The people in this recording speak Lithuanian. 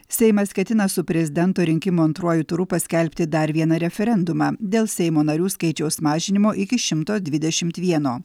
seimas ketina su prezidento rinkimų antruoju turu paskelbti dar vieną referendumą dėl seimo narių skaičiaus mažinimo iki šimto dvidešimt vieno